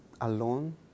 alone